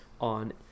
on